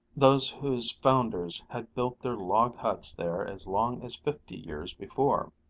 those whose founders had built their log huts there as long as fifty years before.